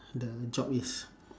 the job is